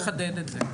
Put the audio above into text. צריך לחדד את זה.